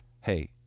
hey